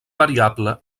variable